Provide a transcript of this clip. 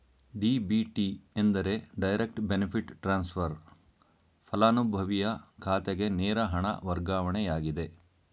DBT ಎಂದರೆ direct benefit transfer, ಪಲಾನುಭವಿಯ ಖಾತೆಗೆ ನೇರ ಹಣ ವರ್ಗಾವಣೆಯಾಗಿದೆ